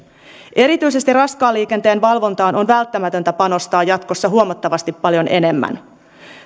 erityisesti raskaan liikenteen valvontaan on välttämätöntä panostaa jatkossa huomattavasti paljon enemmän